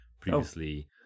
previously